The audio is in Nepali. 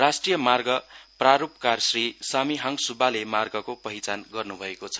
राष्ट्रिय मार्ग प्रारूपकार श्री सामीहाङ सुब्बाले मार्ग पहिचान गर्नु भएको छ